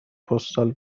پستال